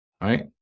right